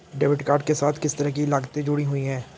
Debit card के साथ किस तरह की लागतें जुड़ी हुई हैं?